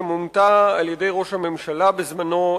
שמונתה על-ידי ראש הממשלה בזמנו,